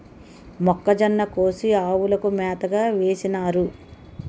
మొక్కజొన్న కోసి ఆవులకు మేతగా వేసినారు